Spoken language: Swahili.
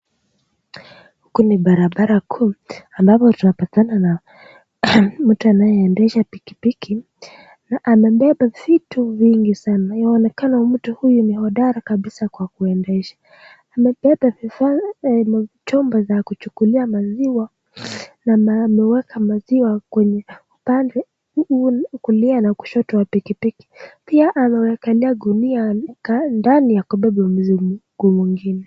Huku ni barabara kuu ambapo tunapata na mtu anayeendesha pikipiki na amebeba vitu vingi sana. Inaonekana huyu mtu ni hodari kabisa kwa kuendesha. Amebeba vifaa vya chupa za kuchukulia maziwa na ameweka maziwa kwenye pande kulia na kushoto wa pikipiki. Pia amewekelea gunia ndani ya kubeba mzigo mwingine.